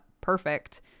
perfect